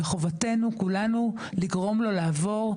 וחובתנו כולנו לגרום לו לעבור,